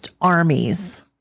armies